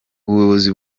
ubuyobozi